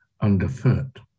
underfoot